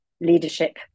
leadership